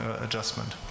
adjustment